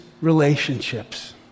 relationships